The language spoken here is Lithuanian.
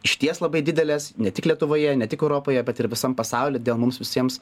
išties labai didelės ne tik lietuvoje ne tik europoje bet ir visam pasauly dėl mums visiems